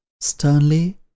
sternly